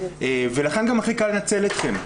ולכן גם הכי קל לנצל אתכם.